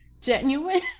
genuine